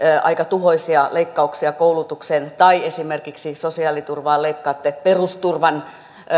aika tuhoisia leikkauksia koulutukseen tai esimerkiksi sosiaaliturvaa leikkaatte ja perusturvan